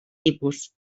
tipus